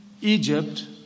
Egypt